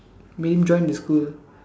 make him join the school